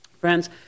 Friends